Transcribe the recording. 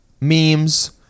memes